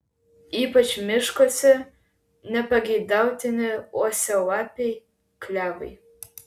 ypač miškuose nepageidautini uosialapiai klevai